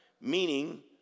meaning